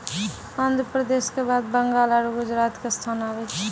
आन्ध्र प्रदेश के बाद बंगाल आरु गुजरात के स्थान आबै छै